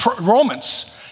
Romans